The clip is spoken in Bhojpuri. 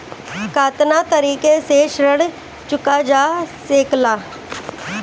कातना तरीके से ऋण चुका जा सेकला?